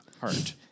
heart